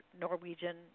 Norwegian